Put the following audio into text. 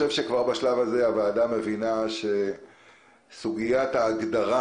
בשלב הזה הוועדה מבינה שסוגיית ההגדרה